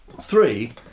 Three